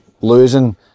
losing